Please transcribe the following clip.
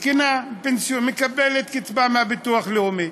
זקנה שמקבלת קצבה מהביטוח הלאומי.